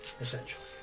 essentially